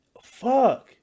fuck